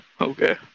Okay